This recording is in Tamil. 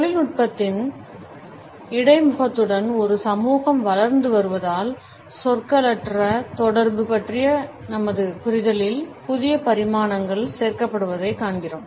தொழில்நுட்பத்தின் இடைமுகத்துடன் ஒரு சமூகம் வளர்ந்து வருவதால் சொற்களற்ற தொடர்பு பற்றிய நமது புரிதலில் புதிய பரிமாணங்கள் சேர்க்கப்படுவதைக் காண்கிறோம்